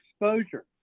exposure